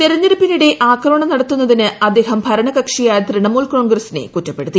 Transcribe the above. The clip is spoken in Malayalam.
തെരഞ്ഞെടുപ്പിനിടെ ആക്രമണം നടത്തുന്നതിന് അദ്ദേഹം ഭരണകക്ഷിയായ ത്രിണമൂൽ കോൺഗ്രസിനെ കുറ്റപ്പെടുത്തി